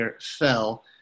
fell